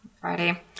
Friday